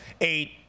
eight